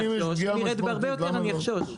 אם ירד בהרבה יותר אני אחשוש.